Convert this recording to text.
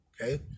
Okay